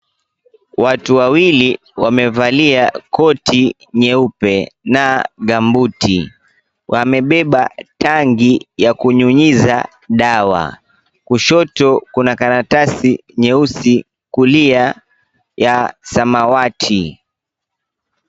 Watu wawili wamevalia koti nyeupe na gumboot wamebeba tanki ya kunyunyiza dawa. Kushoto kuna karatasi nyeusi, kulia ya samawati.